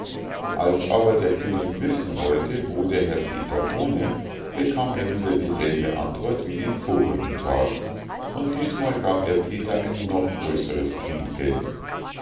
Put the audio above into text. als aber der könig wissen wollte wo der herr peter wohne bekam er wieder dieselbe antwort wie den vorigen tag und diesmal gab er petern ein noch größeres trinkgeld